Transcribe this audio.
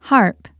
Harp